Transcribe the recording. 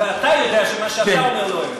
ואתה יודע שמה שאתה אומר לא-אמת.